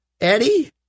Eddie